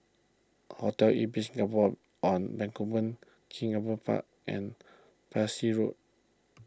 Hotel Ibis Singapore on Bencoolen King Albert Park and Parsi Road